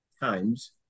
times